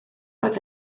oedd